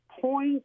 point